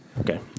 Okay